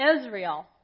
Israel